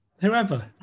whoever